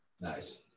Nice